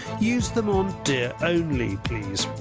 use them on deer only please.